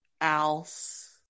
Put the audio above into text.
Else